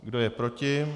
Kdo je proti?